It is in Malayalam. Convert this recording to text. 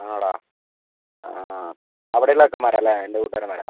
ആ ടാ ആ അവിടെയുള്ള ചെക്കന്മാരാല്ലേ നിൻ്റെ കൂട്ടുകാരന്മാരാ